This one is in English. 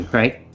right